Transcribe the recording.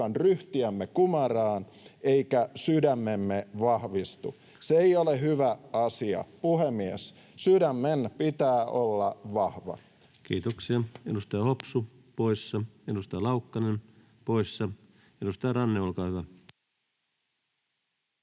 hiukan ryhtiämme kumaraan, eikä sydämemme vahvistu. Se ei ole hyvä asia. Puhemies! Sydämen pitää olla vahva. Kiitoksia. — Edustaja Hopsu poissa, edustaja Laukkanen poissa. — Edustaja Ranne, olkaa hyvä.